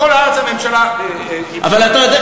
בכל הארץ הממשלה ייבשה,